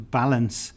balance